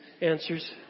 answers